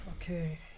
Okay